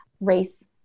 race